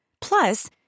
Plus